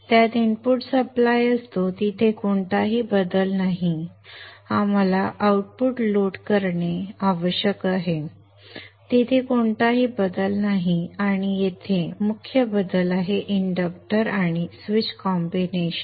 त्यात input supply असतो तिथे कोणताही बदल नाही आम्हाला आउटपुट लोड असणे आवश्यक आहे तिथे कोणताही बदल नाही आणि येथे मुख्य बदल आहे इंडक्टर आणि स्विच कॉम्बिनेशन